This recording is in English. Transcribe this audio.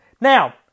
Now